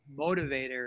motivator